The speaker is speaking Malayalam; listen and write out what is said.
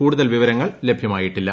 കൂടുതൽ വിവരങ്ങൾ ലഭ്യമായിട്ടില്ല